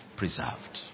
preserved